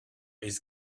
his